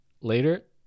Later